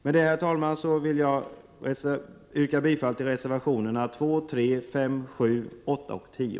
Med detta, herr talman, vill jag yrka bifall till reservationerna 2, 3, 5, 7,8 och 10.